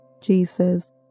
Jesus